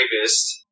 rapist